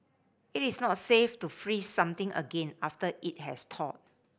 it is not safe to freeze something again after it has thawed